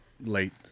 late